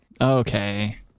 Okay